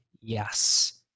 yes